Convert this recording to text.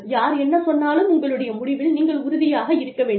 யார் என்ன சொன்னாலும் உங்களுடைய முடிவில் நீங்கள் உறுதியாக இருக்க வேண்டும்